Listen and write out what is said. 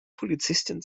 polizisten